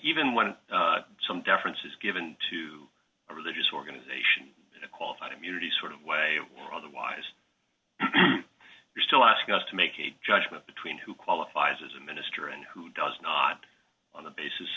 even when some deference is given to a religious organization in a qualified immunity sort of way otherwise you're still asking us to make a judgment between who qualifies as a minister and who does not on the basis